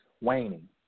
waning